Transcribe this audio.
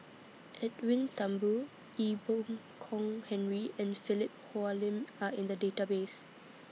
Edwin Thumboo Ee Boon Kong Henry and Philip Hoalim Are in The Database